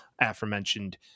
aforementioned